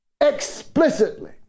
explicitly